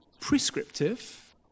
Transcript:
prescriptive